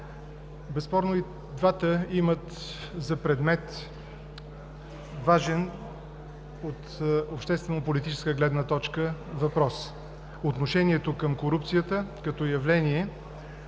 Безспорно е, че и двата имат за предмет важен от обществено-политическа гледна точка въпрос – отношението към корупцията като явление,